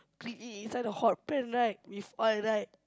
grill it inside the hot pan right with oil right